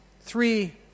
three